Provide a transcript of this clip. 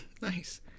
Nice